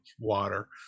water